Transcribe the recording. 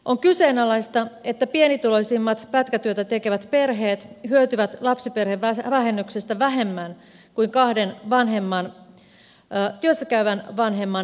on kyseenalaista että pienituloisimmat pätkätöitä tekevät perheet hyötyvät lapsiperhevähennyksestä vähemmän kuin kahden työssä käyvän vanhemman ydinperheet